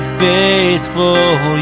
faithful